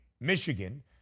Michigan